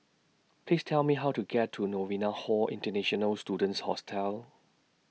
Please Tell Me How to get to Novena Hall International Students Hostel